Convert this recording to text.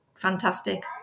Fantastic